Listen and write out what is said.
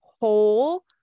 whole